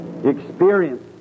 experience